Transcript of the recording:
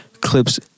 Clips